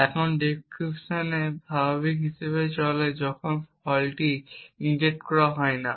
এখন ডিক্রিপশন স্বাভাবিক হিসাবে চলে যখন ফল্টটি ইনজেক্ট করা হয় না